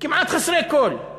כמעט חסרי כול,